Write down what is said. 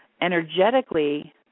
energetically